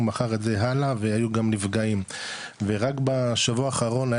הוא מכר את זה הלאה והיו גם נפגעים ורק בשבוע האחרון היה